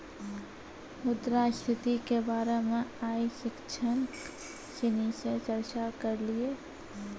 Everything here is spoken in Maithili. मुद्रा स्थिति के बारे मे आइ शिक्षक सिनी से चर्चा करलिए